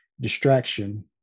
distraction